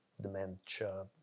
dementia